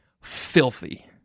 Filthy